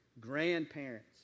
grandparents